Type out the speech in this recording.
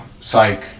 psych